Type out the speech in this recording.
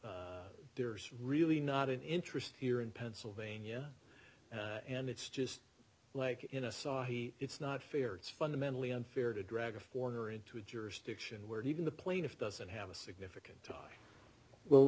so there's really not an interest here in pennsylvania and it's just like in a society it's not fair it's fundamentally unfair to drag a foreigner into a jurisdiction where even the plaintiff doesn't have a significant well